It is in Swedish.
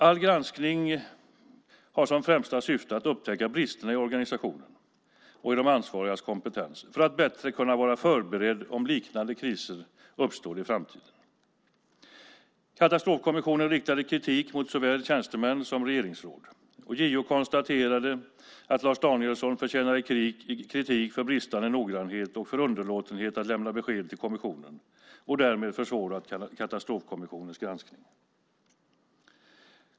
All granskning har som främsta syfte att upptäcka brister i organisationen och i de ansvarigas kompetens för att kunna vara bättre förberedd om liknande kriser uppstår i framtiden. Katastrofkommissionen riktade kritik mot såväl tjänstemän som regeringsråd. JO konstaterade att Lars Danielsson förtjänade kritik för bristande noggrannhet och för underlåtenhet att lämna besked till kommissionen och att han därmed försvårat Katastrofkommissionens granskning.